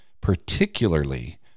Particularly